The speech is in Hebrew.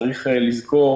צריך לזכור,